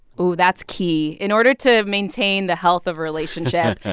ooh, that's key. in order to maintain the health of a relationship,